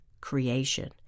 creation